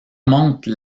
montre